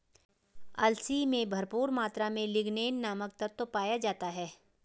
अलसी में भरपूर मात्रा में लिगनेन नामक तत्व पाया जाता है